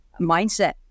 mindset